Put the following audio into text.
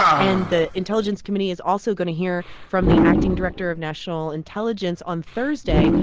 and the intelligence committee is also going to hear from the acting director of national intelligence on thursday.